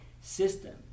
system